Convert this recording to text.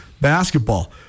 basketball